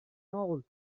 old